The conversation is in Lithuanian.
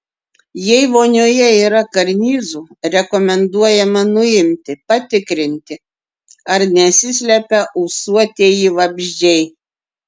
jei vonioje yra karnizų rekomenduojama nuimti patikrinti ar nesislepia ūsuotieji vabzdžiai